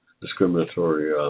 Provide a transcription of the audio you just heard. discriminatory